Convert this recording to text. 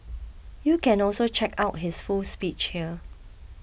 you can also check out his full speech here